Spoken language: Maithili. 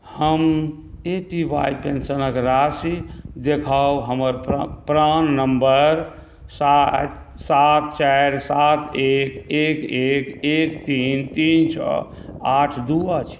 हम ए पी वाइ पेन्शनके राशि देखाउ हमर प्राण नम्बर सात सात चारि सात एक एक एक एक तीन तीन छओ आठ दुइ अछि